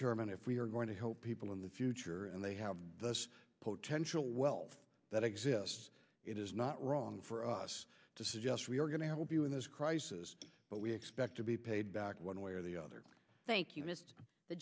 chairman if we are going to help people in the future and they have the potential well that exists it is not wrong for us to suggest we are going to help you in this crisis but we expect to be paid back one way or the other thank you mister the